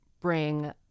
bring